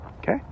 Okay